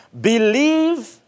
Believe